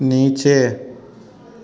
नीचे